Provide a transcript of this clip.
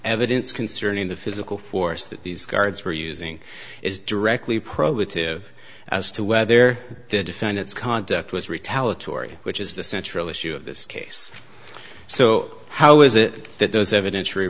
evidence concerning the physical force that these guards were using is directly pro with hiv as to whether the defendant's conduct was retaliatory which is the central issue of this case so how is it that those evidence